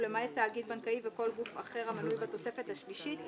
ולמעט תאגיד בנקאי וכל גוף אחר המנוי בתוספת השלישית".